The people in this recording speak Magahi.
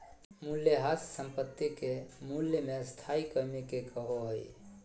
मूल्यह्रास संपाति के मूल्य मे स्थाई कमी के कहो हइ